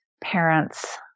parents